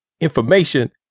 Information